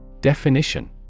Definition